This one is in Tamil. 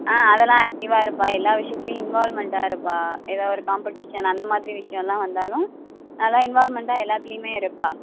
ஆ அதெலாம் ஆக்டிவாக இருப்பாள் எல்லா விஷயத்திலையும் இன்வால்மெண்டாக இருப்பாள் ஏதாவது ஒரு காம்படீஷன் அந்த மாதிரி விஷயம்லா வந்தாலும் நல்லா இன்வால்மெண்டாக எல்லாத்துலேயுமே இருப்பாள்